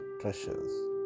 treasures